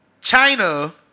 China